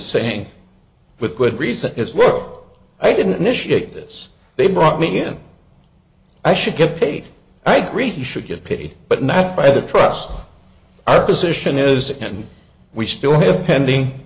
saying with good reason is look i didn't initiate this they brought me in i should get paid i grete you should get pity but not by the trust our position is and we still have pending